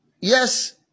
Yes